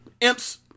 Imps